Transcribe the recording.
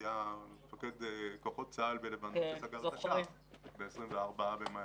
היה מפקד כוחות צה"ל בלבנון ב-24 במאי